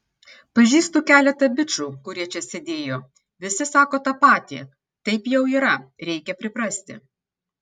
pažįstu keletą bičų kurie čia sėdėjo visi sako tą patį taip jau yra reikia priprasti